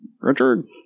Richard